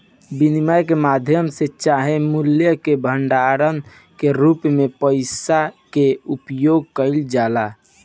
विनिमय के माध्यम चाहे मूल्य के भंडारण के रूप में पइसा के उपयोग कईल जाला